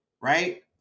right